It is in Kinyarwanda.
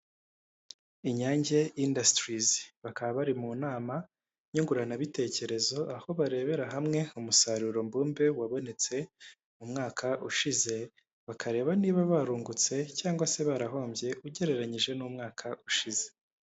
Inyange indasitirizi, bakaba bari mu nama nyunguranabitekerezo, aho barebera hamwe umusaruro mbumbe wabonetse mu mwaka ushize, bakareba niba barungutse cyangwa se barahombye ugereranyije n'umwaka ushize.